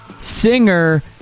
Singer